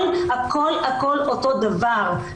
הכול הכול הכול אותו דבר,